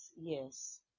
yes